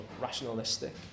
rationalistic